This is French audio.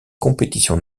compétitions